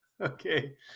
Okay